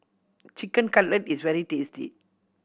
Chicken Cutlet is very tasty